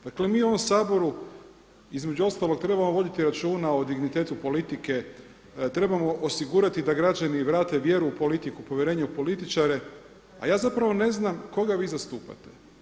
Dakle, mi u ovom Saboru između ostalog trebamo voditi računa o dignitetu politike, trebamo osigurati da građani vrate vjeru u politiku, povjerenje u političare, a ja zapravo ne znam koga vi zastupate.